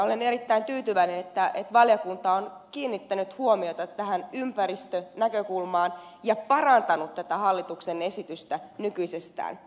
olen erittäin tyytyväinen että valiokunta on kiinnittänyt huomiota tähän ympäristönäkökulmaan ja parantanut tätä hallituksen esitystä nykyisestään